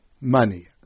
money